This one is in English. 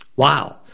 wow